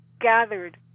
gathered